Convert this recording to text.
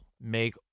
make